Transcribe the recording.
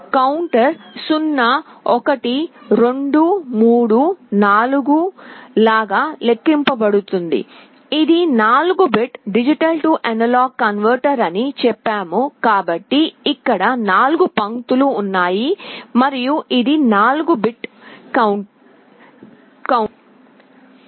counter 0 1 2 3 4 లాగా లెక్కించబడుతుంది ఇది 4 బిట్ DA కన్వర్టర్ అని చెప్పాము కాబట్టి ఇక్కడ 4 పంక్తులు ఉన్నాయి మరియు ఇది 4 బిట్ కౌంటర్